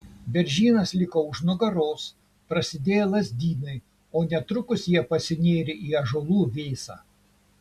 beržynas liko už nugaros prasidėjo lazdynai o netrukus jie pasinėrė į ąžuolų vėsą